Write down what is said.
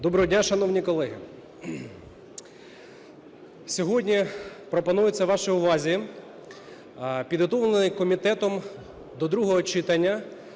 Доброго дня, шановні колеги. Сьогодні пропонується вашій увазі підготовлений комітетом до другого читання